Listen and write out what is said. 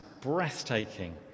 breathtaking